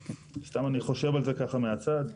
סתם אני חושב על זה ככה מהצד,